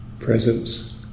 Presence